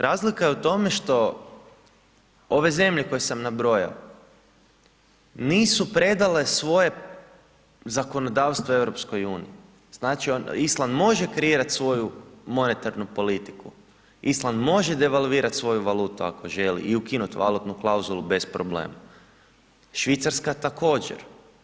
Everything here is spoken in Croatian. Razlika je u tome što ove zemlje koje sam nabrojao, nisu predale svoje zakonodavstvo EU-u, znači Island može kreirati svoju monetarnu politiku, Island može devalvirati svoju valutu ako želi i ukinut valutnu klauzulu bez problema, Švicarska također.